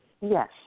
Yes